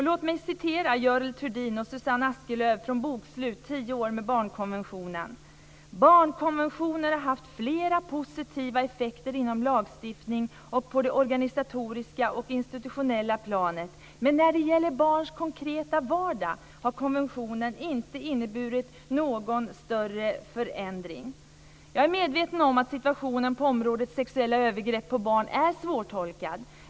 Låt mig citera Görel Thurdin och Susanne Askelöf från Bokslut; Tio år med barnkonventionen: "Barnkonventionen har haft flera positiva effekter inom lagstiftning och på det organisatoriska och institutionella planet. Men när det gäller barns konkreta vardag har konventionen inte inneburit någon större förändring." Jag är medveten om att situationen på området sexuella övergrepp mot barn är svårtolkad.